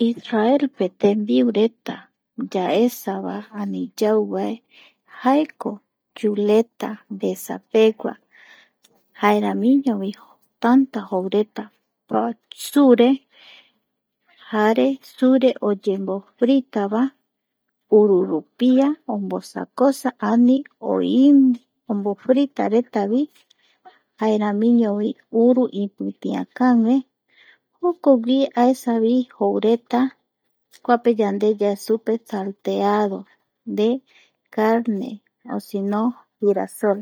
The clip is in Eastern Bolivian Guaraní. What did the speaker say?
Isaraelpe tembirureta yaesavae ani yauvae jaeko chuleta vesa pegua jaeramiñovi tanta jokureta sure jare sure oyemofritavae ururupia omosakosa ani omo fritaretavi jaeramiñovi uru ipitiakague jokogui aesavi joureta kuape yande yae supe salteado de carne o sino girasol